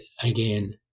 again